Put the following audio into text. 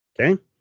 Okay